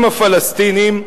עם הפלסטינים,